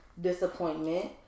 disappointment